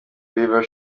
bieber